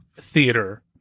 theater